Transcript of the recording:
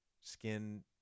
skin